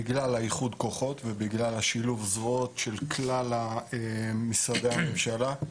בגלל איחוד הכוחות ובגלל שילוב הזרועות של כלל משרדי הממשלה.